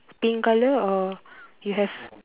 pink colour or you have